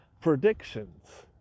predictions